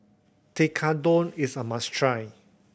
Tekkadon is a must try